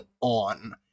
on